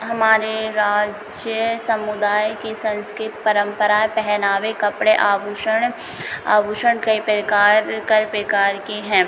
हमारे राज्य समुदाय की संस्कृति परम्परा पहनावे कपड़े आभूषण आभूषण कई प्रकार कर प्रकार के हैं